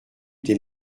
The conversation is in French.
des